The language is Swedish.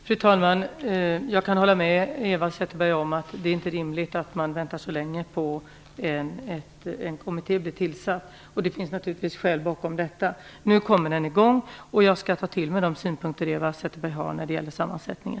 Fru talman! Jag kan hålla med Eva Zetterberg om att det inte är rimligt att man väntar så länge på att en kommitté skall tillsättas. Det finns naturligtvis bakomliggande skäl till det. Nu kommer utredningen i gång, och jag skall ta till mig de synpunkter som Eva Zetterberg har när det gäller sammansättningen.